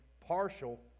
partial